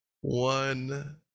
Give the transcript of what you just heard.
One